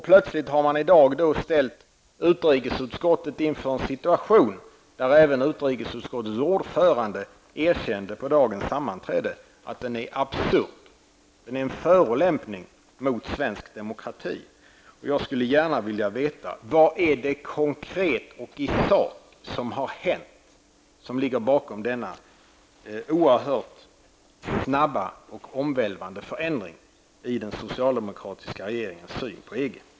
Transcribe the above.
Plötsligt har man i dag ställt utrikesutskottet inför en situation som utrikesutskottets ordförande på dagens sammanträde erkände är absurd. Den är en förolämpning mot svensk demokrati. Jag skulle gärna vilja veta vad som konkret har hänt och ligger bakom denna oerhört snabba och omvälvande förändring i den socialdemokratiska regeringens syn på EG.